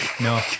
no